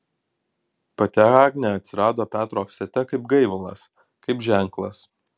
pati agnė atsirado petro ofsete kaip gaivalas kaip ženklas